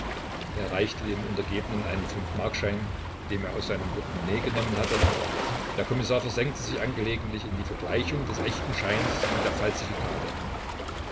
reichte dem untergebenen einen fünfmarkschein den er aus seinem portemonnaie genommen hatte der kommissar versenkte sich angelegentlich in die vergleichung des echten scheins und der